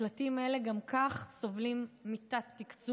מקלטים אלה גם כך סובלים מתת-תקצוב,